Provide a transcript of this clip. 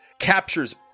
captures